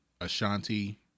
Ashanti